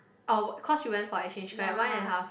orh cause she went for exchange correct one and a half